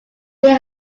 they